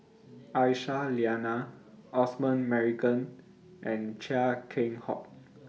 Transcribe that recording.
Aisyah Lyana Osman Merican and Chia Keng Hock